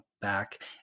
back